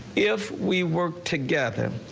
if we work together.